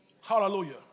Hallelujah